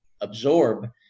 absorb